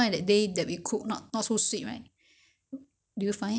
I don't really know how about you do we have any improvement on this you know